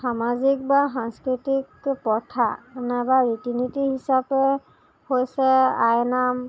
সামাজিক বা সাংস্কৃতিক প্ৰথা নাইবা ৰীতি নীতি হিচাপে হৈছে আইনাম